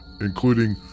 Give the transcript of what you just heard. including